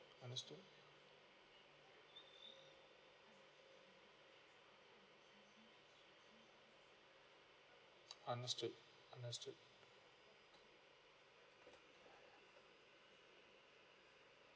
understood understood understood